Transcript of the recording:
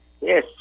Yes